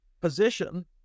position